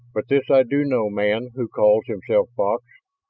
but this i do know, man who calls himself fox,